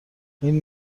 این